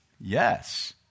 Yes